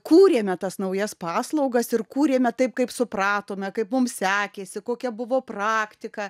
kūrėme tas naujas paslaugas ir kūrėme taip kaip supratome kaip mums sekėsi kokia buvo praktika